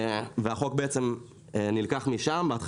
בהתחלה הוא התחיל על מיליון דולר ולפני שנה הגדילו ל-5 מיליון דולר.